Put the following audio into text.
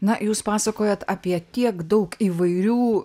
na jūs pasakojat apie tiek daug įvairių